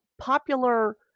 popular